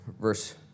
verse